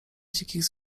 dzikich